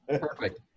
Perfect